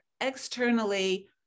externally